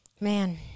man